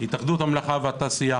התאחדות המלאכה והתעשייה,